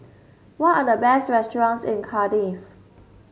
what are the best restaurants in Cardiff